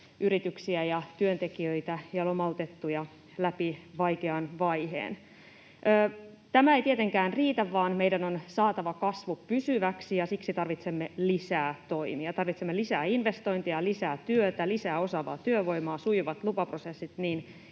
yrityksiä ja työntekijöitä ja lomautettuja läpi vaikean vaiheen. Tämä ei tietenkään riitä, vaan meidän on saatava kasvu pysyväksi, ja siksi tarvitsemme lisää toimia. Tarvitsemme lisää investointeja, lisää työtä, lisää osaavaa työvoimaa, sujuvat lupaprosessit niin